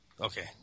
okay